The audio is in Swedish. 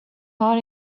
har